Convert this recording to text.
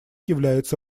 является